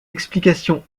explications